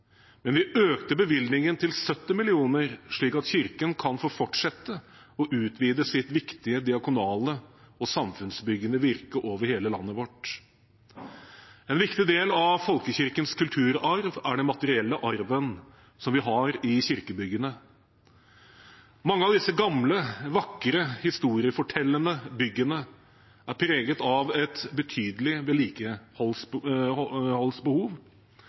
men vi økte bevilgningen til 70 mill. kr, slik at Kirken kan få fortsette å utvide sitt viktige diakonale og samfunnsbyggende virke over hele landet vårt. En viktig del av folkekirkens kulturarv er den materielle arven som vi har i kirkebyggene. Mange av disse gamle, vakre, historiefortellende byggene er preget av et betydelig